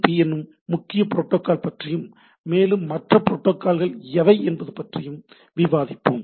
B என்னும் முக்கிய protocol பற்றியும் மேலும் மற்ற புரோட்டோகால்கள் எவை என்பது பற்றியும் விவாதிப்போம்